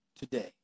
today